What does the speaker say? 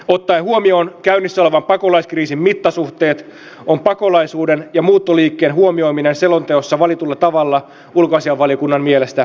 ottaen huomioon käynnissä olevan pakolaiskriisin mittasuhteet on pakolaisuuden ja muuttoliikkeen huomioiminen selonteossa valitulla tavalla ulkoasiainvaliokunnan mielestä perusteltua